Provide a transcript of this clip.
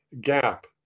gap